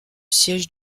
siège